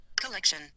Collection